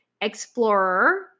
explorer